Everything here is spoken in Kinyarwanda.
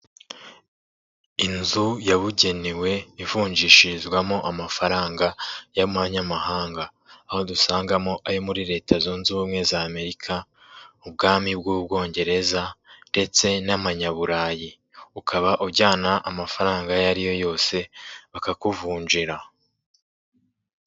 Inzu yabugenewe ivunjishirizwamo amafaranga y'amanyamahanga. Aho dusangamo ayo muri Leta zunze Ubumwe za Amerika, Ubwami bw'u Bwongereza ndetse n'Amanyaburayi, ukaba ujyana amafaranga ayo ari yo yose bakakuvunjira.